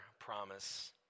promise